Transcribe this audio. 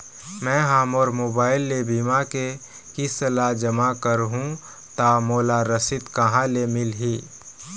मैं हा मोर मोबाइल ले बीमा के किस्त ला जमा कर हु ता मोला रसीद कहां ले मिल ही?